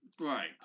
right